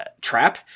trap